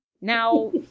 Now